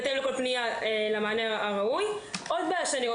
אני רוצה להעלות בעיה נוספת,